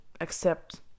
accept